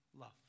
love